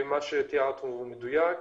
מה שתיארת הוא מדויק.